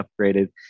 upgraded